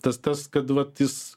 tas tas kad vat jis